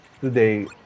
today